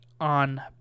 on